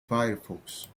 firefox